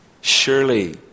Surely